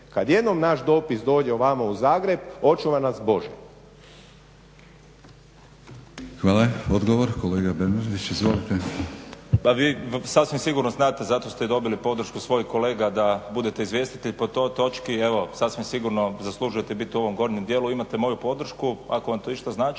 Kad jednom naš dopis dođe ovamo u Zagreb očuvaj nas bože. **Batinić, Milorad (HNS)** Hvala. Odgovor kolega Bernardić, izvolite. **Bernardić, Davor (SDP)** Pa vi sasvim sigurno znate zato ste i dobili podršku svojih kolega da budete izvjestitelj po toj točki. Evo sasvim sigurno zaslužujete biti u ovom gornjem dijelu. Imate moju podršku, ako vam to išta znači,